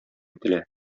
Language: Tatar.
ителә